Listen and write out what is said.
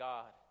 God